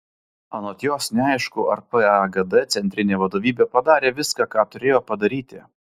anot jos neaišku ar pagd centrinė vadovybė padarė viską ką turėjo padaryti